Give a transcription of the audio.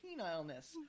penileness